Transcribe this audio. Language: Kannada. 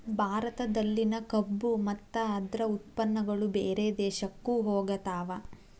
ಭಾರತದಲ್ಲಿನ ಕಬ್ಬು ಮತ್ತ ಅದ್ರ ಉತ್ಪನ್ನಗಳು ಬೇರೆ ದೇಶಕ್ಕು ಹೊಗತಾವ